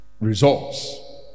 results